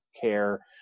care